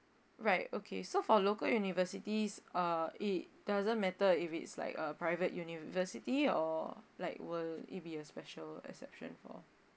right okay so for local universities uh it doesn't matter if it's like a private university or like will it be a special exception for